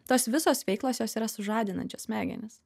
tos visos veiklos jos yra sužadinančios smegenis